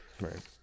right